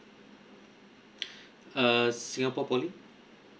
uh singapore poly